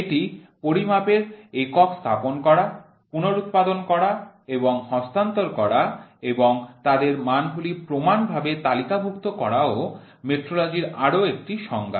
এটি পরিমাপের একক স্থাপন করা পুনরুৎপাদন করা এবং হস্তান্তর করা এবং তাদের মানগুলি প্রমাণ ভাবে তালিকাভুক্ত করা ও মেট্রোলজির আরো একটি সংজ্ঞা